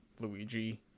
Luigi